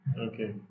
okay